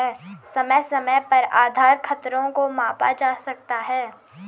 समय समय पर आधार खतरों को मापा जा सकता है